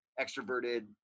extroverted